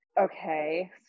okay